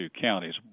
counties